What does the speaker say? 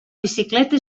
bicicleta